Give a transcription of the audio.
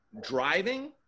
Driving